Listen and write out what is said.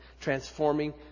transforming